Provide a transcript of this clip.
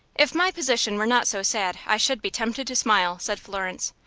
if my position were not so sad, i should be tempted to smile, said florence.